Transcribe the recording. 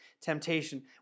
temptation